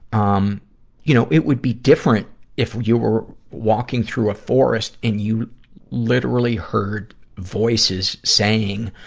um you know, it would be different if you were walking through a forest and you literally heard voices saying,